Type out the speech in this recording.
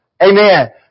Amen